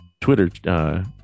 Twitter